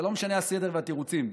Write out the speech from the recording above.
ולא משנים הסדר והתירוצים,